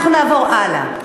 אנחנו נעבור הלאה.